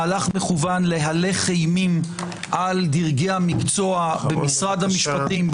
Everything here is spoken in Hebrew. זה מהלך מכוון להלך אימים על דרגי המקצוע במשרד המשפטים,